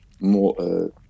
more